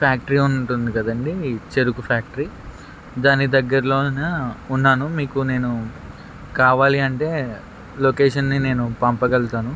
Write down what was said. factory ఉంటుంది కదండీ చెరుకు ఫ్యాక్టరీ దాని దగ్గరలోన ఉన్నాను మీకు నేను కావాలి అంటే లొకేషన్ని నేను పంపగలుతాను